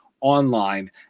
online